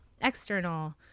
external